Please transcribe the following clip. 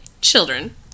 children